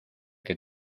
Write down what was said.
que